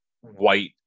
white